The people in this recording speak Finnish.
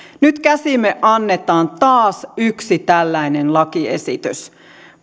nyt käsiimme annetaan taas yksi tällainen lakiesitys